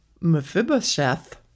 Mephibosheth